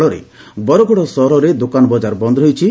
ଫଳରେ ବରଗଡ ସହରରେ ଦୋକାନବଜାର ବନ୍ଦ ରହିଛି